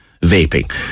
vaping